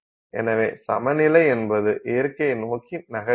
எனவே சமநிலை என்பது இயற்கையை நோக்கி நகர்கிறது